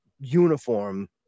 uniform